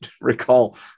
recall